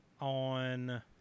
on